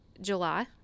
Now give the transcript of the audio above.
July